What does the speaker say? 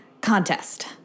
contest